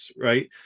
right